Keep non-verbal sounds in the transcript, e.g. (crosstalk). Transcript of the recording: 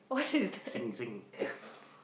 what is that (laughs)